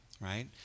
right